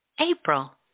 April